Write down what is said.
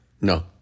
No